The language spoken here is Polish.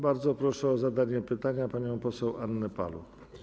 Bardzo proszę o zadanie pytania panią poseł Annę Paluch.